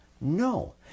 No